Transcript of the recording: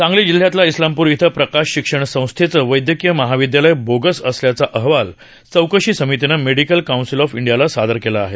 सांगली जिल्ह्यातल्या इस्लामपूर इथं प्रकाश शिक्षण संस्थेचं वैद्यकीय महाविदयालय ोगस असल्याचा अहवाल चौकशी समितीनं मेडिकल कौंसिल आँफ इंडियाला सादर केला आहे